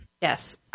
Yes